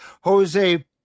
Jose